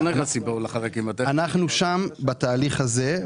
בתהליך הזה,